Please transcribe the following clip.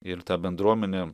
ir tą bendruomenę